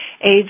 AIDS